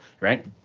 right